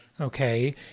okay